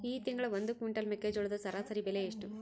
ಈ ತಿಂಗಳ ಒಂದು ಕ್ವಿಂಟಾಲ್ ಮೆಕ್ಕೆಜೋಳದ ಸರಾಸರಿ ಬೆಲೆ ಎಷ್ಟು?